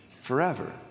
forever